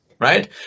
right